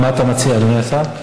מה אתה מציע, אדוני השר?